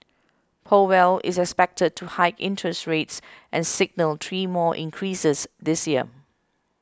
Powell is expected to hike interest rates and signal three more increases this year